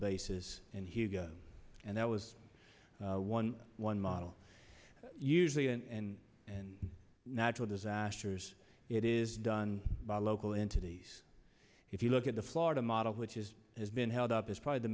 basis and hugo and that was one one model usually and and natural disasters it is done by local entities if you look at the florida model which is has been held up as probably the